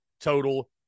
total